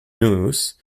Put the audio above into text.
news